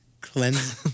Cleanse